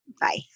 bye